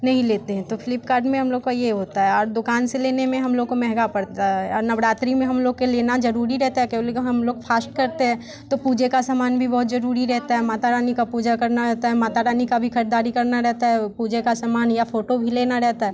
नहीं लेते हैं तो फ्लिपकार्ट में हम लोग को ये होता है और दुकान से लेने में हम लोग को महँगा पड़ता है नवरात्री में हम लोग के लेना जरूरी रहता है क्या बोलिए कि हम लोग फास्ट करते है तो पूजे का सामान भी बहुत जरूरी रहता है माता रानी का पूजा करना रहता है माता रानी का भी खरीदारी करना रहता है पूजे का सामान या फोटो भी लेने रहता है